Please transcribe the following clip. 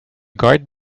guard